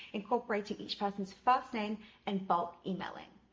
incorporating each person's first name and bulk emailing,